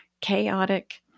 chaotic